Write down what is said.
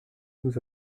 nous